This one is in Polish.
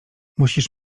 musisz